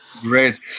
Great